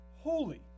holy